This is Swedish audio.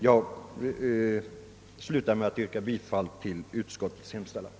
Jag slutar med att yrka bifall till utskottets hemställan.